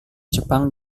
jepang